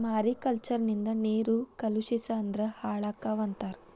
mariculture ನಿಂದ ನೇರು ಕಲುಷಿಸ ಅಂದ್ರ ಹಾಳಕ್ಕಾವ ಅಂತಾರ